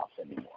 anymore